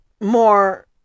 more